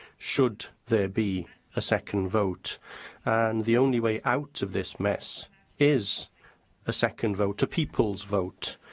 should there be a second vote and the only way out of this mess is a second vote, a people's vote.